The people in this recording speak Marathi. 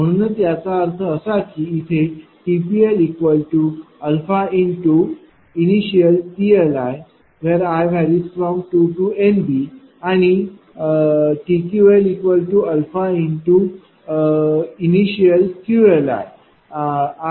म्हणूनच याचा अर्थ असा की इथे TPLαi2NBPL0 आणि TQLαi2NBQL0आहे